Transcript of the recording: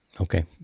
Okay